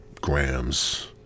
grams